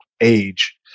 age